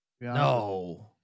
No